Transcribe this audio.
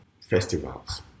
festivals